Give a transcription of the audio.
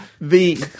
The-